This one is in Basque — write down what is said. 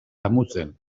damutzen